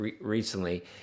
recently